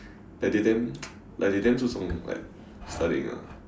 like they them like they them 注重 like studying lah